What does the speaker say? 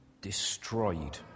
destroyed